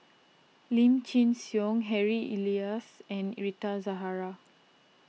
Lim Chin Siong Harry Elias and Rita Zahara